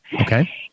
Okay